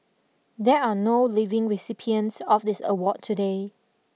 there are no living recipients of this award today